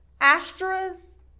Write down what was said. Astras